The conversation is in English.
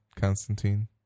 Constantine